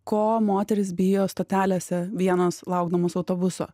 ko moterys bijo stotelėse vienos laukdamos autobuso